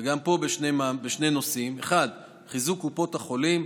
פה בשני נושאים: 1. חיזוק קופות החולים: